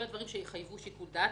כל הדברים שיחייבו שיקול דעת,